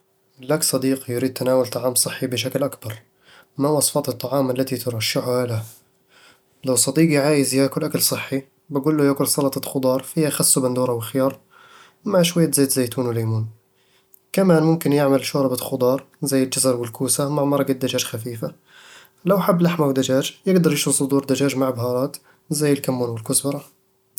لك صديق يريد تناول طعام صحيّ بشكل أكبر. ما وصفات الطعام التي ترشحها له؟ لو صديقي عايز ياكل أكل صحي، بقول له ياكل سلطة خضار فيها خس وبندورة وخيار، مع شوية زيت زيتون و ليمون كمان ممكن يعمل شوربة خضار زي الجزر والكوسة مع مرقة دجاج خفيفة لو حب لحمة و دجاج، يقدر يشوي صدور دجاج مع بهارات زي الكمون والكزبرة